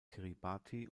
kiribati